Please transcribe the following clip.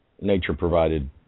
nature-provided